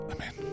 Amen